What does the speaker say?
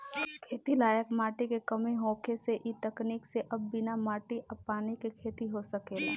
खेती लायक माटी के कमी होखे से इ तकनीक से अब बिना माटी आ पानी के खेती हो सकेला